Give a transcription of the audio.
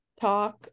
talk